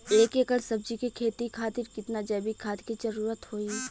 एक एकड़ सब्जी के खेती खातिर कितना जैविक खाद के जरूरत होई?